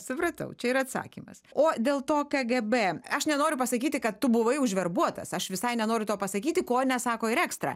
supratau čia yra atsakymas o dėl to kgb aš nenoriu pasakyti kad tu buvai užverbuotas aš visai nenoriu to pasakyti ko nesako ir ekstra